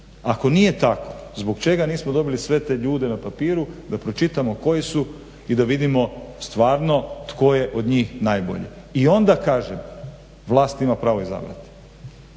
Ako nije tako zbog čega nismo dobili sve te ljude na papiru da pročitamo koji su i da vidimo stvarno tko je od njih najbolji. I onda kažem, vlast ima pravo izabrati.